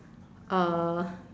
uh